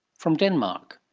from denmark.